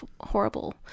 horrible